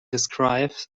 describe